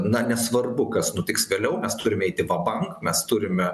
na nesvarbu kas nutiks vėliau mes turim eiti vabang mes turime